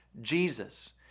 Jesus